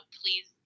please